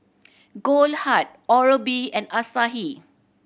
Goldheart Oral B and Asahi